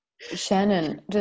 Shannon